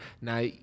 Now